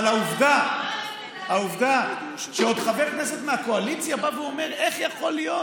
אבל העובדה שחבר כנסת מהקואליציה בא ואומר: איך יכול להיות